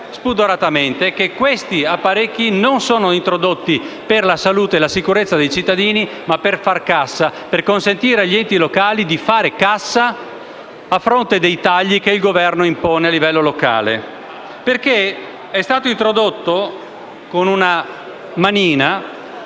spudoratamente che siffatti apparecchi non sono introdotti per la salute e la sicurezza dei cittadini, ma per fare cassa e consentire agli enti locali di fare cassa a fronte dei tagli che il Governo impone a livello locale. Una manina ha infatti introdotto un articolo